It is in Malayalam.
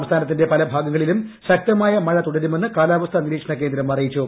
സംസ്ഥാനത്തിന്റെ പല ഭാഗങ്ങളിലും ശക്തമായ മഴ തുടരുമെന്ന് കാലാവസ്ഥാ നിരീക്ഷണകേന്ദ്രം അറിയിച്ചു